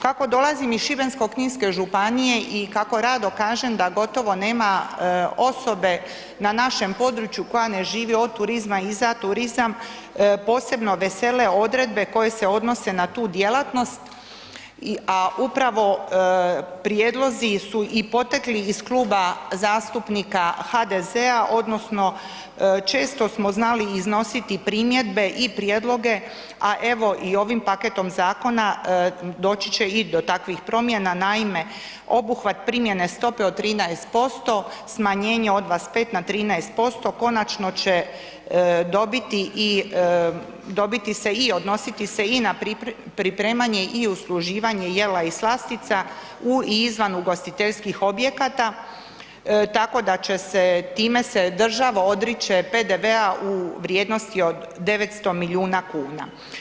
Kako dolazim iz Šibensko-kninske županije i kako rado kažem da gotovo nemam osobe na našem području koja ne živi od turizma i za turizam, posebno vesele odredbe koje se odnose na tu djelatnost, a upravo prijedlozi su i potekli iz Kluba zastupnika HDZ-a odnosno često smo znali iznositi primjedbe i prijedloge, a evo i ovim paketom zakona doći će i do takvih promjena, naime obuhvat primjene stope od 13%, smanjenje od 25 na 13% konačno će dobiti i, dobiti se i odnositi se i na pripremanje i usluživanje jela i slastica u i izvan ugostiteljskih objekata, tako da će se, time se država odriče PDV-a u vrijednosti od 900 milijuna kuna.